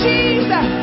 Jesus